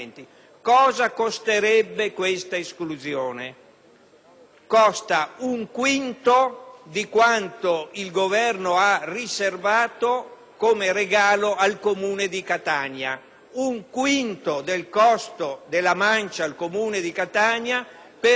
Costa un quinto di quanto il Governo ha riservato come regalo al Comune di Catania; un quinto del costo della mancia al Comune di Catania per consentire a tutti i Comuni italiani di